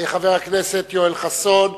חבר הכנסת יואל חסון,